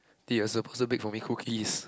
did a bake for me cookies